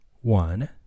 one